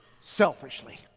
selfishly